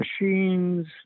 machines